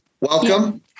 Welcome